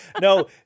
No